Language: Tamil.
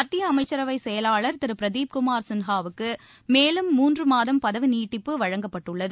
மத்திய அமைச்சரவை செயலாளர் திரு பிரதீப் குமார் சின்ஹாவுக்கு மேலும் மூன்று மாதம் பதவி நீட்டிப்பு வழங்கப்பட்டுள்ளது